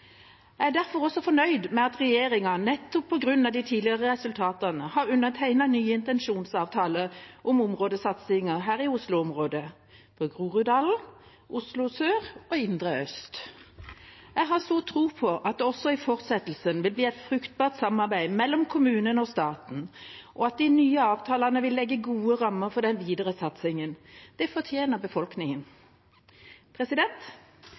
Jeg er derfor også fornøyd med at regjeringa, nettopp på grunn av de tidligere resultatene, har undertegnet nye intensjonsavtaler om områdesatsinger her i Oslo-området: for Groruddalen, Oslo sør og indre øst. Jeg har stor tro på at det også i fortsettelsen vil bli et fruktbart samarbeid mellom kommunen og staten, og at de nye avtalene vil legge gode rammer for den videre satsingen. Det fortjener befolkningen.